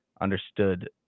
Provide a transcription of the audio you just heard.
understood